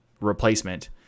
replacement